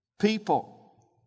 people